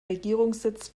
regierungssitz